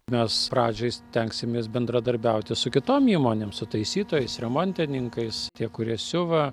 mes pradžiai stengsimės bendradarbiauti su kitom įmonėm su taisytojais remontininkais tie kurie siuva